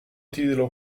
titolo